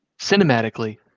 cinematically